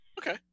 okay